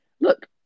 Look